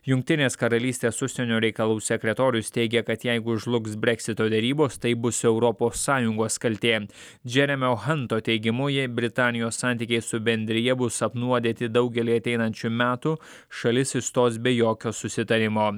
jungtinės karalystės užsienio reikalų sekretorius teigia kad jeigu žlugs brexito derybos tai bus europos sąjungos kaltė džeremio hanto teigimu jei britanijos santykiai su bendrija bus apnuodyti daugelį ateinančių metų šalis išstos be jokio susitarimo